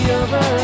over